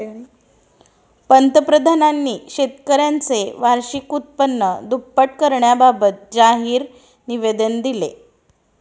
पंतप्रधानांनी शेतकऱ्यांचे वार्षिक उत्पन्न दुप्पट करण्याबाबत जाहीर निवेदन दिले